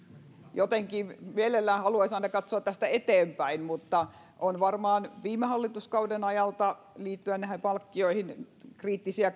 jotenkin mielellään haluaisi aina katsoa tästä eteenpäin mutta on varmaan viime hallituskauden ajalta liittyen näihin palkkioihin kriittisiä